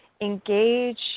engage